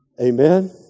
Amen